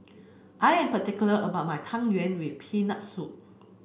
I am particular about my Tang Yuen with Peanut Soup